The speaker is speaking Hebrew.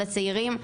לצעירים.